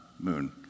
moon